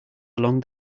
along